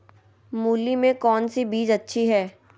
मूली में कौन सी बीज अच्छी है?